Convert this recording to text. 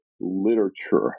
literature